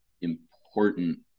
important